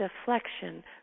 deflection